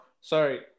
sorry